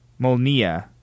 molnia